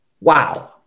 wow